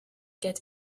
get